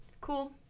cool